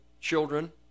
children